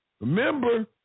Remember